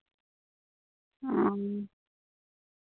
ᱚ